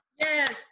Yes